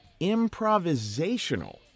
improvisational